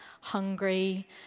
hungry